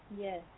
Yes